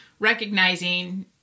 recognizing